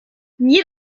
mir